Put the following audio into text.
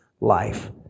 life